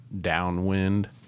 downwind